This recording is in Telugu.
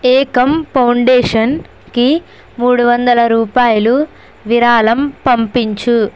ఏకమ్ ఫౌండేషన్కి మూడు వందలు రూపాయలు విరాళం పంపించు